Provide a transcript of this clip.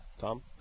Tom